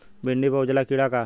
भिंडी पर उजला कीड़ा का है?